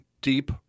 deep